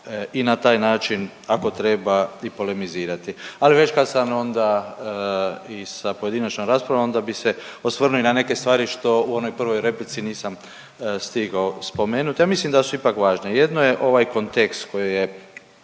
i na taj način, ako treba i polemizirati. Ali već kad sam onda i sa pojedinačnom raspravom, onda bi se osvrnuo i na neke stvari što u onoj prvoj replici nisam stigao spomenuti, a mislim da su ipak važne. Jedno je ovaj kontekst koji je